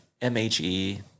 M-H-E